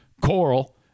Coral